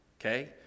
Okay